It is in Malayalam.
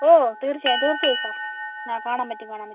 തീർച്ചയായും തീർച്ചയായും സാർ കാണാൻ പറ്റും കാണാൻ പറ്റും